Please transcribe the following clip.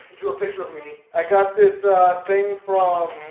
did you a picture of me? i got this thing from?